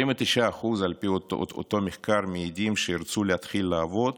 29%, על פי אותו מחקר, מעידים שירצו להתחיל לעבוד